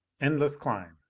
endless climb.